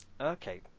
Okay